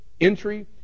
entry